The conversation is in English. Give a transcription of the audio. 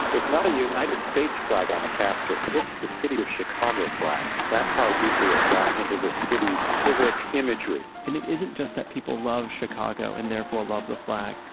it's not a united states flag on the casket, it's the city of chicago flag. that's how deeply it's gotten into the city's civic imagery and it isn't just that people love chicago and therefore love the flag.